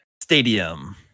Stadium